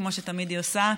כמו שתמיד היא עושה.